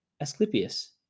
Asclepius